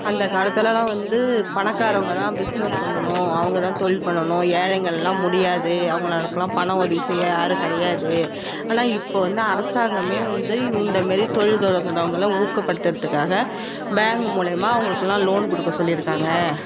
அந்த காலத்துலெலா வந்து பணக்காரவங்க தான் பிஸ்னஸ் பண்ணனும் அவங்க தான் தொழில் பண்ணனும் ஏழைங்கள்லா முடியாது அவுங்களள்க்குலா பண உதவி செய்ய யாரும் கிடையாது ஆனால் இப்போது வந்து அரசாங்கமே வந்து இந்தமாரி தொழில் தொடங்குனவுங்கள ஊக்க படுத்தர்துக்காக பேங்க் மூலியமா அவங்களுக்குலா லோன் கொடுக்க சொல்லியிருக்காங்க